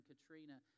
Katrina